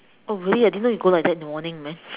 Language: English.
oh really I didn't know you go like that in the morning man